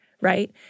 right